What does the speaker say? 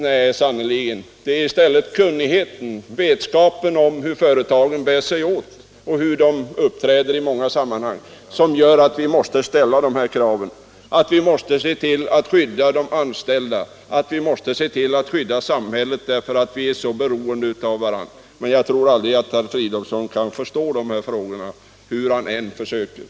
Nej, sannerligen inte, utan det är i stället vetskapen om hur företagarna bär sig åt och uppträder i många sammanhang som gör att vi måste ställa de här kraven, att vi måste se till att skydda de anställda och samhället, därför att vi alla är så beroende av varandra. Men jag tror inte att herr Fridolfsson någonsin kan förstå de här frågorna, hur länge han än skulle försöka.